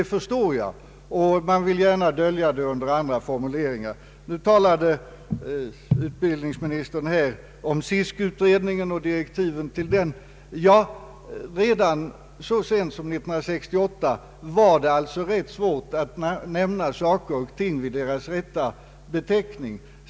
Jag förstår att då vill man dölja det under andra formuleringar. Utbildningsministern = talade om SISK-utredningen och direktiven till den. Ännu så sent som 1968 var det svårt att nämna saker och ting vid deras rätta beteckning.